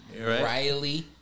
Riley